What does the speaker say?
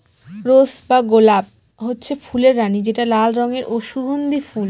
rose বা গলাপ হচ্ছে ফুলের রানী যেটা লাল রঙের ও সুগন্ধি ফুল